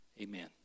Amen